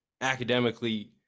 academically